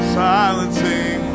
silencing